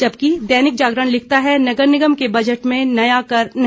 जबकि दैनिक जागरण लिखता है नगर निगम के बजट में नया कर नहीं